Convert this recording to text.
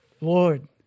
Lord